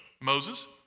Moses